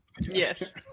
Yes